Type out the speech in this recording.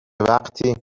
وقتی